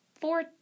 four